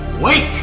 Wake